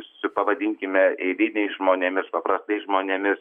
su pavadinkime eiliniais žmonėmis paprastais žmonėmis